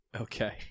Okay